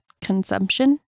consumption